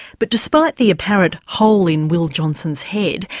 but despite the apparent hole in will johnson's head,